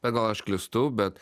bet gal aš klystu bet